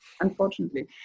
unfortunately